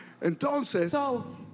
entonces